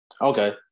okay